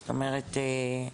זאת אומרת,